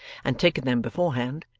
and taken them beforehand,